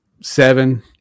seven